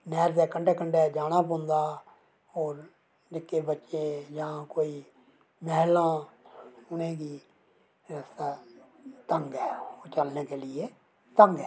नैह्र दै कंढै कंढै जाना पौंदा और निक्के बच्चे जां कोई मैह्लां उनेंगी रस्ता तंग ऐ चलने का लिए तंग ऐ